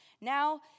Now